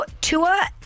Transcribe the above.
Tua